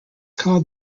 called